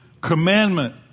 commandment